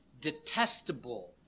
detestable